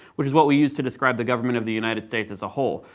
which is what we use to describe the government of the united states as a whole.